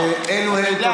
(תיקון מס' 5),